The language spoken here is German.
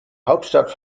hauptstadt